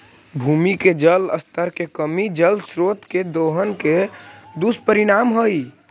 भूमि के जल स्तर के कमी जल स्रोत के दोहन के दुष्परिणाम हई